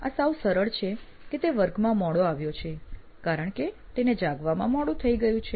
આ સાવ સરળ છે કે તે વર્ગમાં મોડો આવ્યો છે કારણ કે તેને જાગવામાં મોડુ થઈ ગયું છે